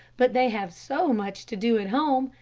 but they have so much to do at home,